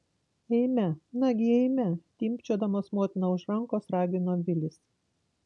eime nagi eime timpčiodamas motiną už rankos ragino vilis